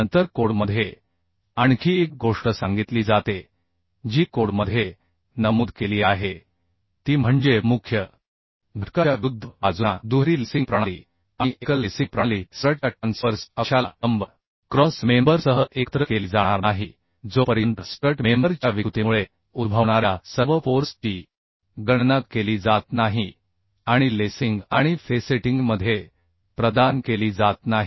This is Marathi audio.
त्यानंतर कोडमध्ये आणखी एक गोष्ट सांगितली जाते जी कोडमध्ये नमूद केली आहे ती म्हणजे मुख्य घटकाच्या विरुद्ध बाजूंना दुहेरी लेसिंग प्रणाली आणि एकल लेसिंग प्रणाली स्ट्रटच्या ट्रान्सवर्स अक्षाला लंब क्रॉस मेंबर सह एकत्र केली जाणार नाही जोपर्यंत स्ट्रट मेंबर च्या विकृतीमुळे उद्भवणाऱ्या सर्व फोर्स ची गणना केली जात नाही आणि लेसिंग आणि फेसेटिंगमध्ये प्रदान केली जात नाही